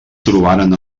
trobaren